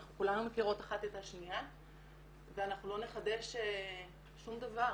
אנחנו כולנו מכירות אחת את השנייה ואנחנו לא נחדש שום דבר